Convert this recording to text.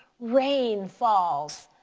rain falls.